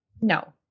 no